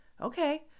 okay